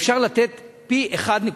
אפשר לתת פי-1.3.